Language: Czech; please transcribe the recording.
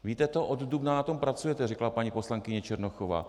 Víte to, od dubna na tom pracujete, řekla paní poslankyně Černochová.